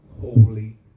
holy